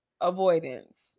avoidance